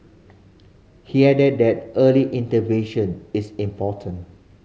he added that early intervention is important